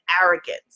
arrogance